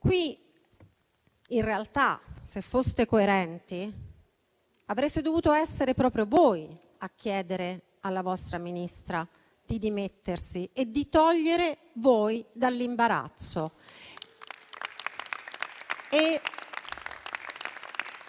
in realtà, se foste coerenti, avreste dovuto essere proprio voi a chiedere alla vostra Ministra di dimettersi e di togliervi dall'imbarazzo.